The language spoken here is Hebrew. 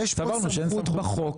סברנו שאין סמכות.